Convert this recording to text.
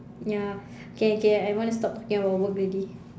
ya okay okay I'm going to stop talking about work already